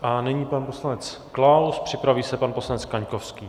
A nyní pan poslanec Klaus, připraví se pan poslanec Kaňkovský.